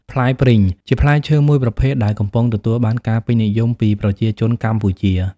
ផ្លែព្រីង ជាផ្លែឈើមួយប្រភេទដែលកំពុងទទួលបានការពេញនិយមពីប្រជាជនកម្ពុជា។